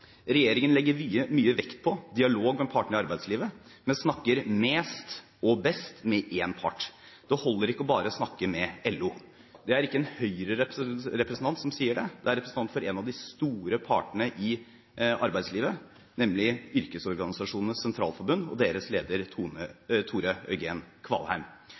regjeringen og én av arbeidstakerorganisasjonene. I Klassekampen 6. mars kunne vi lese følgende: «Regjeringen legger mye vekt på dialog med «partene i arbeidslivet», men snakker mest og best med én part. Det holder ikke å bare snakke med LO.» Det er ikke en Høyre-representant som sier dette, men en representant for en av de store partene i arbeidslivet, nemlig Yrkesorganisasjonenes Sentralforbund og deres leder Tore Eugen Kvalheim.